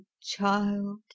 child